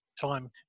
time